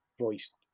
voiced